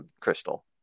Crystal